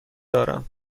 دارم